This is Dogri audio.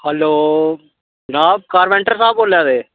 हैलो जनाब कारपेंटर साहब बोल्लै दे